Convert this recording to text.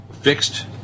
fixed